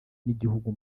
n’igihugu